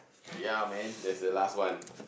ya man that's the last one